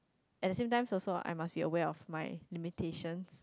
at the same times also I must be aware of my limitations